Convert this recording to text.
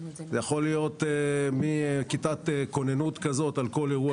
זה יכול להיות מכיתת כוננות כזאת על כל אירוע